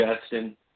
Justin